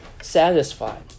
satisfied